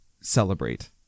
celebrate